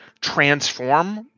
transform